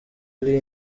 ari